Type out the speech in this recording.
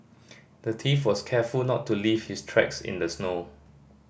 the thief was careful not to leave his tracks in the snow